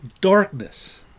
darkness